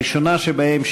הראשונה שבהן,